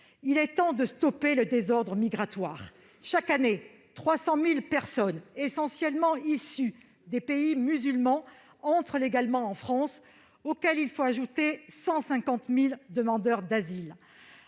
Il est temps de mettre un terme au désordre migratoire. Tout à fait ! Chaque année, 300 000 personnes, essentiellement issues des pays musulmans, entrent légalement en France, auxquelles il faut ajouter 150 000 demandeurs d'asile.